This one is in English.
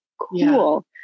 Cool